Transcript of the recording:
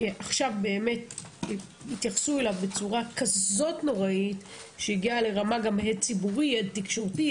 עכשיו בצורה כזאת נוראית שהגיעה לרמה של הד ציבורי ותקשורתי,